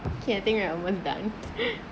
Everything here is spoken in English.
okay I think I almost done